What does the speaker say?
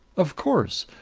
of course!